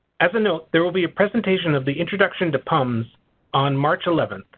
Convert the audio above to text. as a note there will be a presentation of the introduction to pums on march eleven.